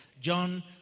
John